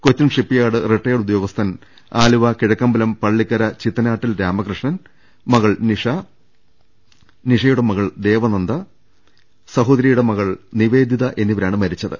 കൊച്ചിൻ ഷിപ്പ്യാർഡിലെ റിട്ടയേർഡ് ഉദ്യോഗസ്ഥൻ ആലുവ കിഴ ക്കമ്പലം പള്ളിക്കര ചിത്തനാട്ടിൽ രാമകൃഷ്ണൻ മകൾ നിഷ നിഷ യുടെ മകൾ ദേവന്ദ സഹോദരിയുടെ മകൾ നിവേദിത എന്നിവ രാണ് മരിച്ചത്